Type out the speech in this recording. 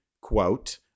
quote